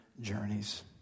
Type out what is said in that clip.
journeys